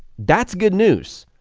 that's good news.